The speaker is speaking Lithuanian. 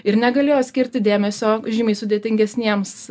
ir negalėjo skirti dėmesio žymiai sudėtingesniems